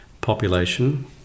population